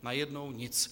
Najednou nic.